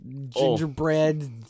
gingerbread